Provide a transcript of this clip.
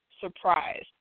surprised